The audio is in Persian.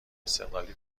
استقلالی